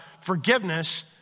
forgiveness